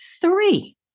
three